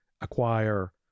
acquire